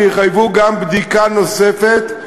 שיחייבו גם בדיקה נוספת.